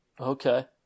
Okay